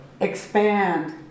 expand